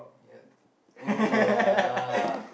yeah !wah!